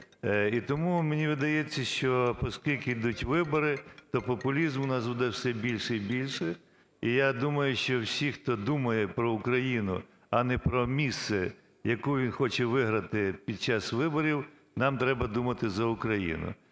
І тому мені видається, що поскільки ідуть вибори, то популізм у нас буде все більше і більше. І я думаю, що всі, хто думає про Україну, а не про місце, яке він хоче виграти під час виборів, нам треба думати за Україну.